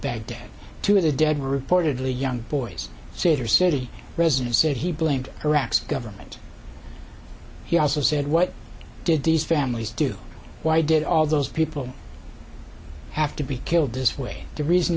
of the dead were reportedly young boys cedar city residents said he blamed iraq's government he also said what did these families do why did all those people have to be killed this way the reason